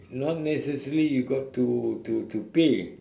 not necessary you got to to to pay